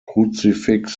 crucifix